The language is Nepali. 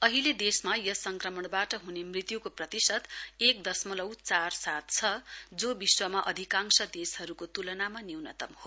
अहिले देशमा यस संक्रमणवाट हुने मृत्युको प्रतिशत एक दशमलउ चार सात छ जो विश्वमा अधिकांश देशहरुको तुलनामा न्यूनतम हो